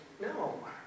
no